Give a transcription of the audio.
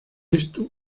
esto